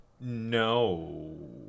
No